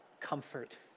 comfort